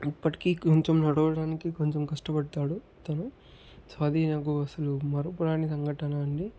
ఇప్పటికీ కొంచెం నడవడానికి కొంచెం కష్టపడతాడు తను సో అదీ నాకు అసలు మరపురాని సంఘటన అండి